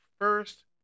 first